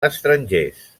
estrangers